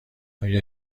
آیا